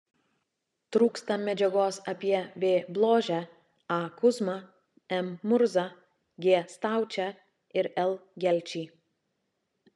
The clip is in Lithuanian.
trūksta medžiagos apie v bložę a kuzmą m murzą g staučę ir l gelčį